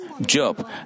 Job